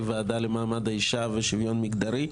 אלא היא גם הוועדה למעמד האישה ושוויון מגדרי,